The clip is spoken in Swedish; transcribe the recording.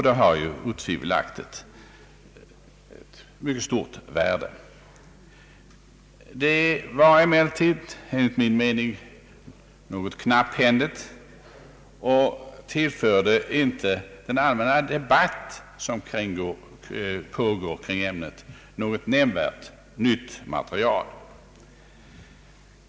Det har otvivelaktigt ett stort värde. Svaret är emellertid enligt min mening litet knapphändigt och tillför inte den allmänna debatt som pågår kring ämnet något nämnvärt nytt material.